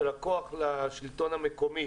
של הכוח לשלטון המקומי